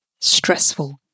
stressful